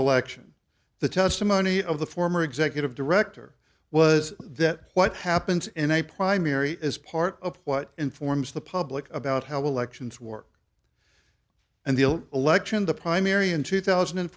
election the testimony of the former executive director was that what happens in a primary is part of what informs the public about how elections work and the election the primary in two thousand and